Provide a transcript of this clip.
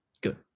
Good